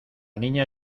niña